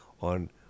on